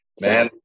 man